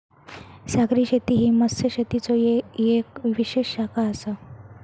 सागरी शेती ही मत्स्यशेतीचो येक विशेष शाखा आसा